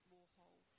Warhol